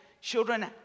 children